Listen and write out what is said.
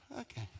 Okay